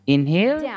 Inhale